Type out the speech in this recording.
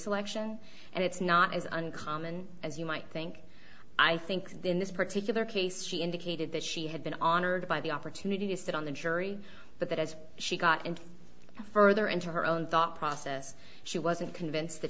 selection and it's not as uncommon as you might think i think in this particular case she indicated that she had been on earth by the opportunity to sit on the jury but that as she got into further into her own thought process she wasn't convinced that